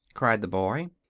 cried the boy,